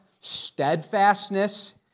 steadfastness